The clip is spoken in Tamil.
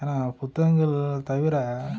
ஏன்னா புத்தகங்கள் தவிர